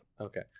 Okay